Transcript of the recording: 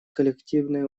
коллективные